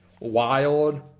wild